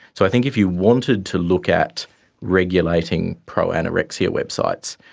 so i think if you wanted to look at regulating pro-anorexia websites,